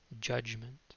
judgment